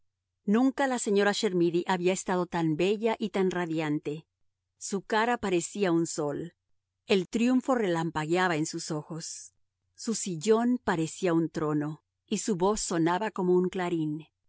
nunca la señora chermidy había estado tan bella y tan radiante su cara parecía un sol el triunfo relampagueaba en sus ojos su sillón parecía un trono y su voz sonaba como un clarín